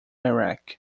iraq